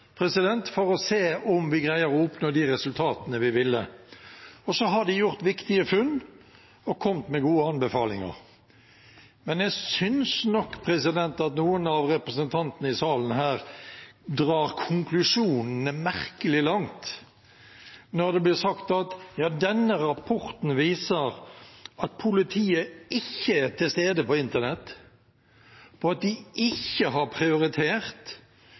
for å se om vi greier å oppnå de resultatene vi vil, og så har de gjort viktige funn og kommet med gode anbefalinger. Men jeg synes nok at noen av representantene i salen her drar konklusjonene merkelig langt når det blir sagt at ja, denne rapporten viser at politiet ikke er til stede på internett, og at de ikke har prioritert.